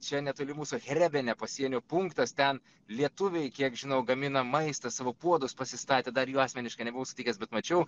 čia netoli mūsų hrebene pasienio punktas ten lietuviai kiek žinau gamina maistą savo puodus pasistatė dar jų asmeniškai nebuvau sutikęs bet mačiau